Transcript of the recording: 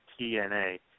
TNA